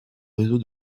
réseau